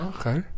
Okay